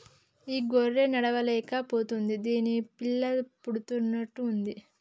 ఈ గొర్రె నడవలేక పోతుంది దీనికి పిల్ల పుడుతున్నట్టు ఉంది